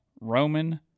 roman